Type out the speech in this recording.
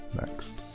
next